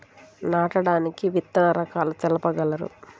నాటడానికి విత్తన రకాలు తెలుపగలరు?